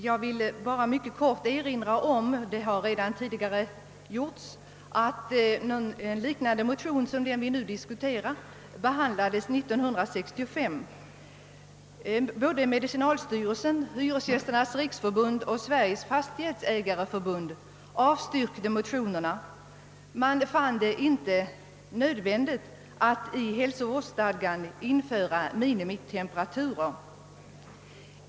Herr talman! Som redan framhållits behandlades 1965 en liknande motion som den vi nu diskuterar. Både medicinalstyrelsen, Hyresgästernas riksförbund och Sveriges fastighetsägareförbund avstyrkte motionen; man fann det inte nödvändigt att i hälsovårdsstadgan införa minimitemperaturer.